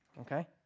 Okay